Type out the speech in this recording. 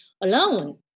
alone